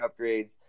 upgrades